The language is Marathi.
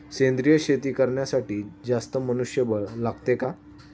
सेंद्रिय शेती करण्यासाठी जास्त मनुष्यबळ लागते का?